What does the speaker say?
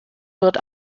wird